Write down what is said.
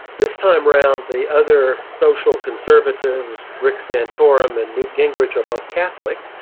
this time round, the other social conservatives, rick santorum and newt gingrich, are both catholic,